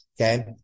Okay